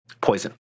Poison